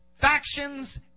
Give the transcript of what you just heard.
factions